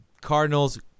Cardinals